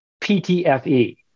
PTFE